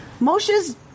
Moshe's